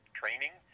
training